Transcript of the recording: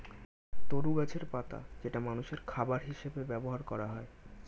তরু গাছের পাতা যেটা মানুষের খাবার হিসেবে ব্যবহার করা হয়